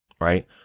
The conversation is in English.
Right